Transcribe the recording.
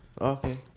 Okay